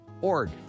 org